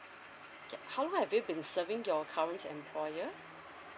ya how long have you been serving your current employer